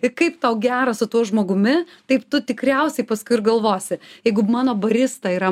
ir kaip tau gera su tuo žmogumi taip tu tikriausiai paskui ir galvosi jeigu mano barista yra